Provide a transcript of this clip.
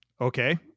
Okay